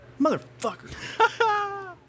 Motherfucker